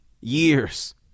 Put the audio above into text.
years